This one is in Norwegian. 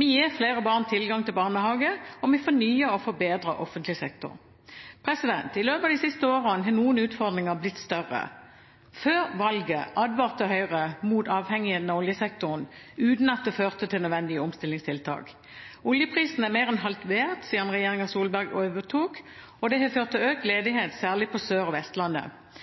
Vi gir flere barn tilgang til barnehage. Og vi fornyer og forbedrer offentlig sektor. I løpet av de siste årene har noen utfordringer blitt større. Før valget advarte Høyre mot avhengigheten av oljesektoren, uten at det førte til nødvendige omstillingstiltak. Oljeprisen er mer enn halvert siden regjeringen Solberg overtok, og det har ført til økt ledighet, særlig på Sør- og Vestlandet.